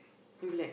you be like